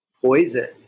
poison